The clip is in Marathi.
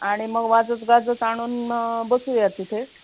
आणि मग वाजत गाजत आणून मग बसवूया तिथे